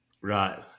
Right